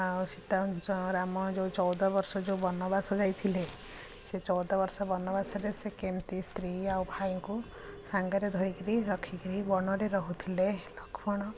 ଆଉ ସୀତା ଯେଉଁ ରାମ ଯେଉଁ ଚଉଦ ବର୍ଷ ଯେଉଁ ବନବାସ ଯାଇଥିଲେ ସେ ଚଉଦ ବର୍ଷ ବନବାସରେ ସେ କେମିତି ସ୍ତ୍ରୀ ଆଉ ଭାଇଙ୍କୁ ସାଙ୍ଗରେ ଧରିକିରି ରଖିକିରି ବଣରେ ରହୁଥିଲେ ଲକ୍ଷ୍ମଣ